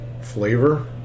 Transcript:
flavor